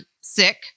sick